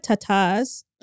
ta-tas